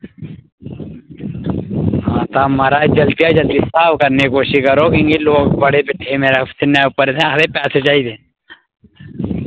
हां तां महाराज जल्दी शा जल्दी स्हाब करने दी कोशिश करो कि लोक बड़े बिठे मेरे सीने उप्पर आखदे पैसे चाहिदे